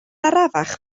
arafach